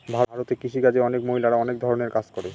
ভারতে কৃষি কাজে অনেক মহিলারা অনেক ধরনের কাজ করে